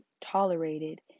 tolerated